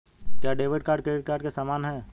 क्या debit card credit card के समान है?